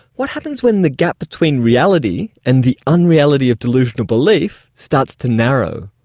what happens when the gap between reality and the unreality of delusional belief starts to narrow?